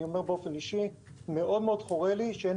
אני אומר באופן אישי שמאוד מפריע לי שאין